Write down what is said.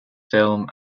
film